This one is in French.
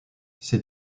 ses